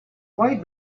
why